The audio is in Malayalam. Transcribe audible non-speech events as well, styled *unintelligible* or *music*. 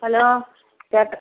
ഹലോ *unintelligible*